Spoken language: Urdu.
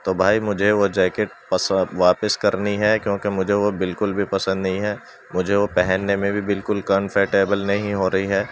تو بھائی مجھے وہ جیکٹ واپس کرنی ہے کیونکہ مجھے وہ بالکل بھی پسند نہیں ہے مجھے وہ پہننے میں بھی بالکل کمفرٹیبل نہیں ہو رہی ہے